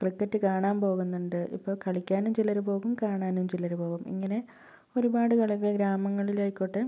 cricket കാണാൻ പോകുന്നുണ്ട് ഇപ്പോൾ കളിക്കാനും ചിലര് പോകും കാണാനും ചിലര് പോകും ഇങ്ങനെ ഒരുപാട് കളികള് ഗ്രാമങ്ങളില് ആയിക്കോട്ടെ